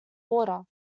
water